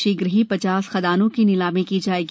शीघ्र ही पचास खादानों की नीलामी की जाएगी